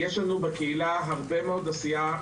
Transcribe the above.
יש לנו בקהילה הרבה מאוד עשייה.